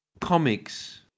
comics